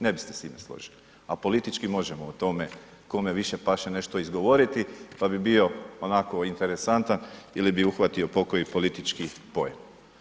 Ne biste se s time složili, a politički možemo o tome kome više paše nešto izgovoriti, pa bi bio onako interesantan ili bi uhvatio pokoji politički poen.